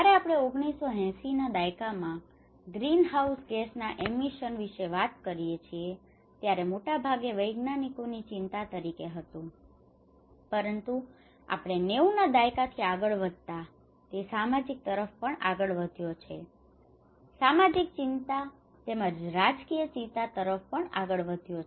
જ્યારે આપણે 1980 ના દાયકામાં ગ્રીનહાઉસ ગેસના એમિશન વિશે વાત કરીએ છીએ ત્યારે તે મોટે ભાગે વિજ્ઞાનીકોની ચિંતા તરીકે હતું પરંતુ આપણે 90 ના દાયકાથી આગળ વધતાં તે સામાજિક તરફ પણ આગળ વધ્યો છે સામાજિક ચિંતા તેમજ રાજકીય ચિંતા તરફ પણ આગળ વધ્યો